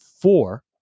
four